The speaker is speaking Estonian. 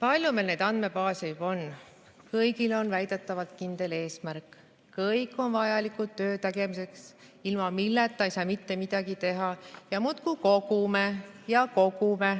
palju meil neid andmebaase juba on? Kõigil on väidetavalt kindel eesmärk, kõik on vajalikud töö tegemiseks, ilma nendeta ei saa mitte midagi teha. Ja muudkui kogume ja kogume.